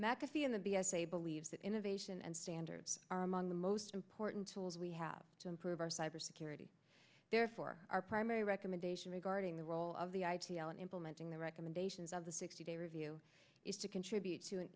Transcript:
mcafee in the b s a believes that innovation and standards are among the most important tools we have to improve our cyber security therefore our primary recommendation regarding the role of the i p l in implementing the recommendations of the sixty day review is to contribute to an